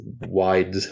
wide